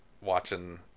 watching